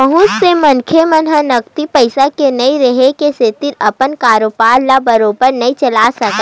बहुत से मनखे मन ह नगदी पइसा के नइ रेहे के सेती अपन कारोबार ल बरोबर नइ चलाय सकय